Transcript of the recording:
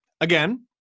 Again